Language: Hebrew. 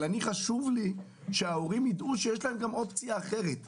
אבל ההורים - חשוב לי שיידעו שיש להם גם אופציה אחרת.